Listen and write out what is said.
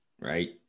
right